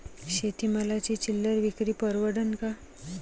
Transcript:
शेती मालाची चिल्लर विक्री परवडन का?